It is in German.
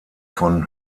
von